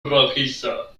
rojizo